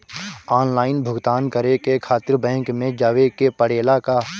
Online भुगतान करे के खातिर बैंक मे जवे के पड़ेला का?